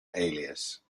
alias